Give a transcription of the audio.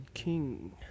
King